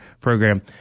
program